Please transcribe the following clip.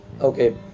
Okay